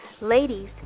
Ladies